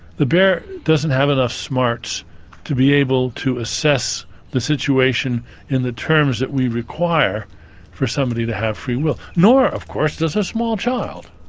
the bear doesn't have enough smarts to be able to assess the situation in the terms that we require for somebody to have free will. nor, of course, does a small child.